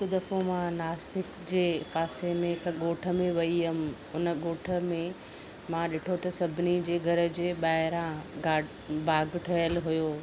हिकु दफ़ो मां नासिक जे पासे में हिक ॻोठ में वई हुयम उन ॻोठ में मां ॾिठो त सभिनी जे घर जे ॿाहिरां गाडि बाग़ ठहियल होयो